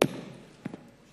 ותבוא לימור לבנת,